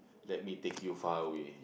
let me take you far away